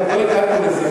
עוד לא הגעתי לזה,